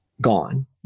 gone